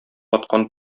аткан